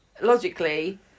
logically